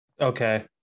Okay